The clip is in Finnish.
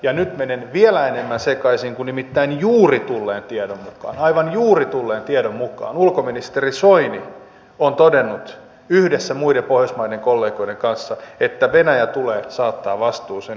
ja nyt menen vielä enemmän sekaisin kun nimittäin juuri tulleen tiedon mukaan aivan juuri tulleen tiedon mukaan ulkoministeri soini on todennut yhdessä muiden pohjoismaiden kollegoiden kanssa että venäjä tulee saattaa vastuuseen